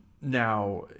Now